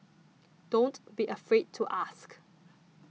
don't be afraid to ask